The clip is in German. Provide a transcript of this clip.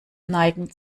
neigen